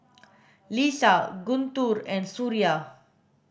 Lisa Guntur and Suria